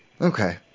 Okay